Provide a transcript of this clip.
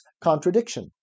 contradiction